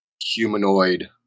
humanoid